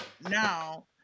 Now